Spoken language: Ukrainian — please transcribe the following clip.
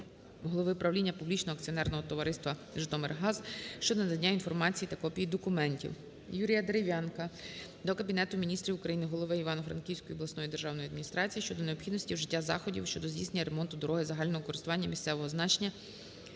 голови правління Публічного акціонерного товариства "Житомиргаз" щодо надання інформації та копій документів. Юрія Дерев'янка до Кабінету Міністрів України, голови Івано-Франківської обласної державної адміністрації щодо необхідності вжиття заходів щодо здійснення ремонту дороги загального користування місцевого значення